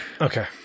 Okay